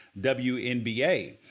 WNBA